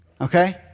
okay